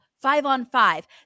five-on-five